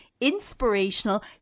inspirational